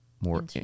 more